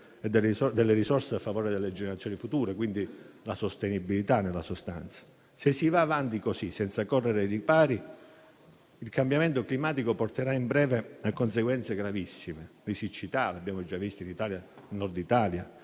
delle risorse a favore delle generazioni future (la sostenibilità, nella sostanza). Se si va avanti così, senza correre ai ripari, il cambiamento climatico porterà in breve tempo a conseguenze gravissime: siccità (ne abbiamo già viste nel Nord Italia),